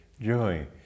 joy